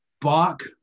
Bach